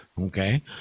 okay